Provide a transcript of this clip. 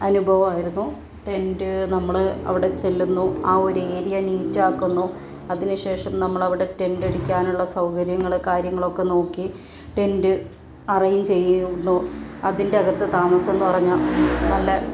അനുഭവമായിരുന്നു ടെൻ്റ് നമ്മൾ അവിടെ ചെല്ലുന്നു ആ ഒരു ഏരിയ നീറ്റ് ആക്കുന്നു അതിനുശേഷം നമ്മൾ അവിടെ ടെൻ്റടിക്കാനുള്ള സൗകര്യങ്ങൾ കാര്യങ്ങൾ ഒക്കെ നോക്കി ടെൻ്റ് അറേഞ്ച് ചെയ്യുന്നു അതിൻ്റെ അകത്ത് താമസം എന്നു പറഞ്ഞാൽ നല്ല